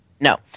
No